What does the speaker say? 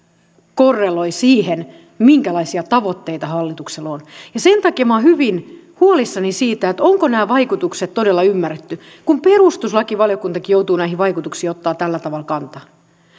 korreloi siihen minkälaisia tavoitteita hallituksella on sen takia minä olen hyvin huolissani siitä onko nämä vaikutukset todella ymmärretty kun perustuslakivaliokuntakin joutuu näihin vaikutuksiin ottamaan tällä tavalla kantaa